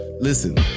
listen